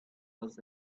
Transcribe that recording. was